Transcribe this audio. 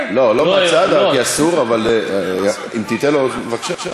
לא בצד, כי אסור, אבל אם תיתן לו, בבקשה.